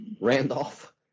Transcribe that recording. Randolph